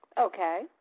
Okay